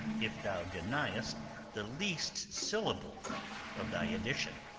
if thou denyest the least syllable of thy addition.